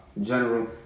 general